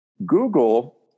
Google